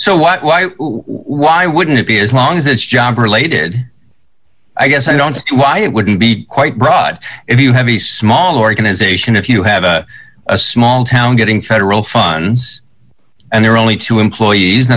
so why why why wouldn't it be as long as it's job related i guess i don't see why it wouldn't be quite broad if you have a small organization if you have a small town getting federal funds and there are only two employees